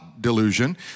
Delusion